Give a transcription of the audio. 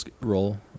roll